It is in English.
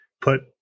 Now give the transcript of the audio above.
put